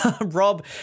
Rob